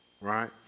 Right